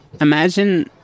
Imagine